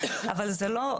אבל זה לא,